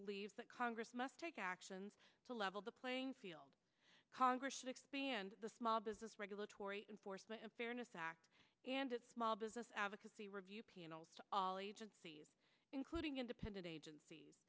believe that congress must take action level the playing field congress should expand the small business regulatory enforcement and fairness act and it's small business advocacy review all agencies including independent agenc